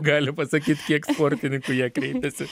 gali pasakyt kiek sportininkų į ją kreipiasi